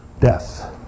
death